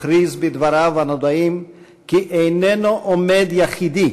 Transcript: הכריז בדבריו הנודעים כי איננו עומד יחידי,